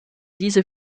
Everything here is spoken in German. diese